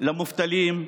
למובטלים,